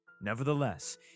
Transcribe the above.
Nevertheless